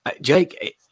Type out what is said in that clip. Jake